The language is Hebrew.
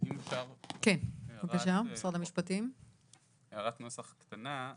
אם אפשר הערת נוסח קטנה.